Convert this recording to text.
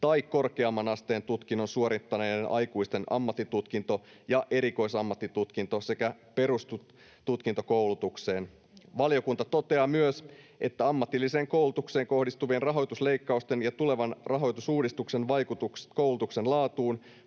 tai korkeamman asteen tutkinnon suorittaneiden aikuisten ammattitutkinto- ja erikoisammattitutkinto- sekä perustutkintokoulutukseen. Valiokunta toteaa myös, että ammatilliseen koulutukseen kohdistuvien rahoitusleikkausten ja tulevan rahoitusuudistuksen vaikutuksia